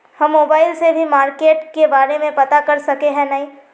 हम मोबाईल से भी मार्केट के बारे में पता कर सके है नय?